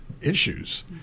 issues